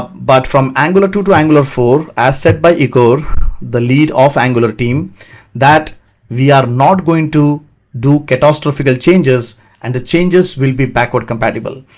but from angular two to angular four as said by igor the lead of angular team that we are not going to do catastrophical changes and the changes will be backward compatible.